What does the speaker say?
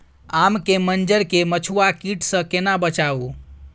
आम के मंजर के मधुआ कीट स केना बचाऊ?